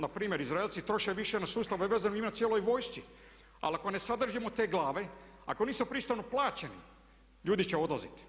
Npr. Izraelci troše više na sustav … cijeloj vojci, ali ako ne sadržimo te glave, ako nisu pristojno plaćeni ljudi će odlaziti.